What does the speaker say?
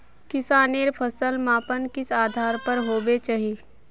किसानेर फसल मापन किस आधार पर होबे चही?